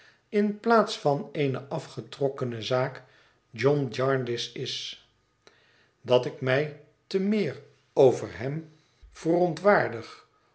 in plaats van eene afgetrokkene zaak john jarndyce is dat ik mij te meer over hem